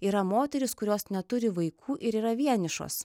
yra moterys kurios neturi vaikų ir yra vienišos